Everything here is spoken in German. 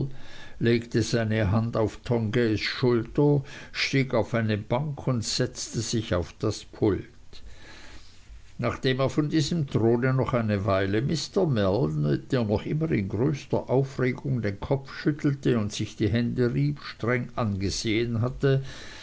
legte seine hand auf tongays schulter stieg auf eine bank und setzte sich auf das pult nachdem er von diesem throne noch eine weile mr mell der noch immer in größter aufregung den kopf schüttelte und sich die hände rieb streng angesehen hatte